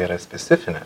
yra specifinė